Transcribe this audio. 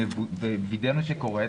ווידאנו שקורית,